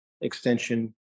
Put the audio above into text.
extension